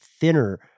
thinner